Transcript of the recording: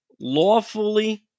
lawfully